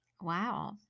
Wow